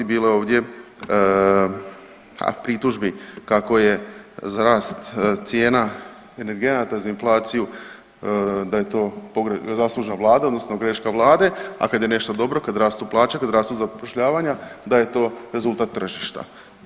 Bilo je ovdje pritužbi kako je za rast cijena energenata, za inflaciju da je to zaslužena Vlada, odnosno greška Vlade, a kada je nešto dobro, kad rastu plaće, kad rastu zapošljavanja da je to rezultat tržišta.